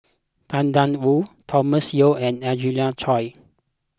Tang Da Wu Thomas Yeo and Angelina Choy